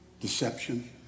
Deception